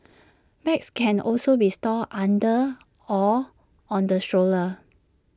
bags can also be stored under or on the stroller